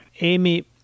Amy